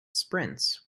sprints